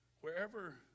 wherever